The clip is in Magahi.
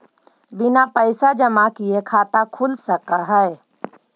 बिना पैसा जमा किए खाता खुल सक है?